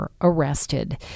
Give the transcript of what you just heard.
arrested